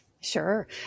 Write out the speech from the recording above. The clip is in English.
Sure